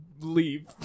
leave